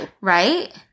Right